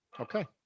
Okay